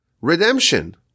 Redemption